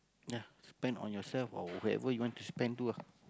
ya spend on yourself or whoever you want to spend to ah